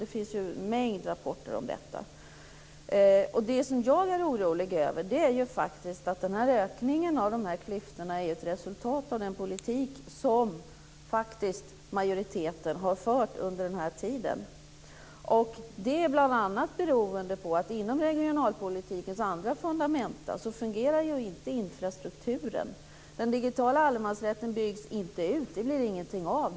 Det finns ju en mängd rapporter om det. Jag är orolig över att ökningen av klyftorna är ett resultat av den politik som majoriteten har fört under den här tiden. Det beror bl.a. på att inom regionalpolitikens andra fundamenta fungerar inte infrastrukturen. Den digitala allemansrätten byggs inte ut. Det blir ingenting av.